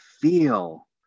feel